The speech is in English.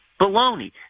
Baloney